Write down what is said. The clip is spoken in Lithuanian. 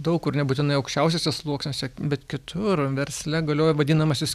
daug kur nebūtinai aukščiausiuose sluoksniuose bet kitur versle galioja vadinamasis